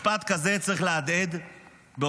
משפט כזה צריך להדהד באוזנינו.